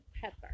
pepper